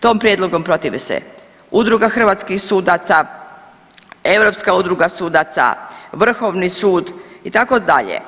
Tom prijedlogu protivi se Udruga hrvatskih sudaca, Europska udruga sudaca, Vrhovni sud itd.